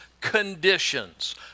conditions